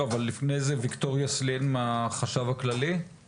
ויקטוריה סלין, מהחשב הכללי, בבקשה.